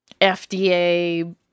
FDA